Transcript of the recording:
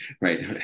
right